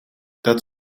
dat